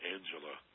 Angela